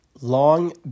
Long